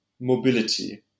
mobility